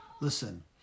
Listen